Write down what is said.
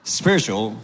spiritual